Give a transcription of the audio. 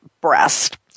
breast